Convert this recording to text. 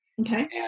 Okay